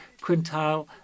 quintile